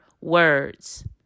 words